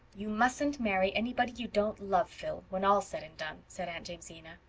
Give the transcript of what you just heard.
you mustn't marry anybody you don't love, phil, when all's said and done, said aunt jamesina.